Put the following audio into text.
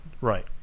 Right